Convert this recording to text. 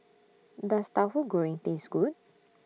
Does Tahu Goreng Taste Good